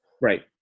Right